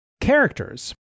Characters